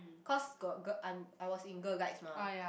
cause got girl I'm I was in girl guides mah